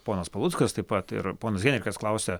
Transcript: ponas paluckas taip pat ir ponas henrikas klausia